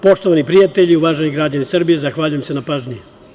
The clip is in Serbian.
Poštovani prijatelji, uvaženi građani Srbije, zahvaljujem se na pažnji.